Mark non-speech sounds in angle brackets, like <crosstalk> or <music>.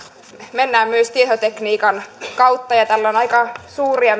mennään myös tietotekniikan kautta tälle on myös aika suuria <unintelligible>